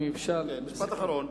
משפט אחרון.